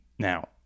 Now